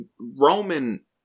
Roman